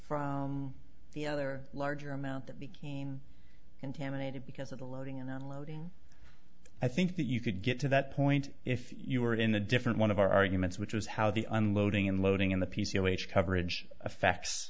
from the other larger amount that became contaminated because of the loading and unloading i think that you could get to that point if you were in a different one of our arguments which was how the unloading in loading in the p c l h coverage affects